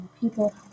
people